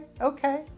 okay